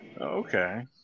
Okay